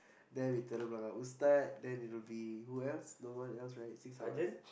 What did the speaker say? then we telok-blangah Ustad then it will be who else no one else right six of us